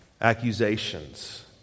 accusations